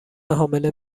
حامله